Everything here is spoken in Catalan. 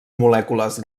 molècules